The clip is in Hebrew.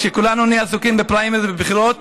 כשכולנו נהיה עסוקים בפריימריז ובבחירות,